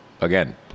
again